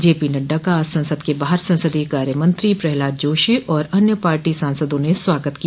जे P Nadda का आज संसद के बाहर संसदीय कार्यमंत्री प्रह्लाद जोशी और अन्य पार्टी सांसदों ने स्वागत किया